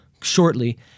shortly